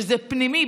שזה פנימי,